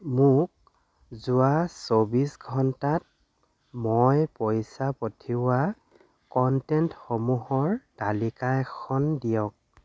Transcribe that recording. মোক যোৱা চৌব্বিছ ঘণ্টাত মই পইচা পঠিওৱা কণ্টেণ্ট সমূহৰ তালিকা এখন দিয়ক